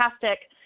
fantastic